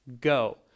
go